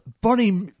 Bonnie